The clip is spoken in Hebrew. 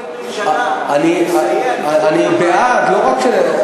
שזה יהיה מדיניות ממשלה לסייע לפתור את הבעיה.